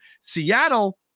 Seattle